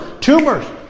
Tumors